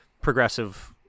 progressive